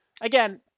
again